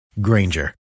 granger